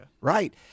Right